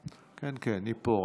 כן, היא פה.